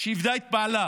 שאיבדה את בעלה